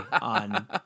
on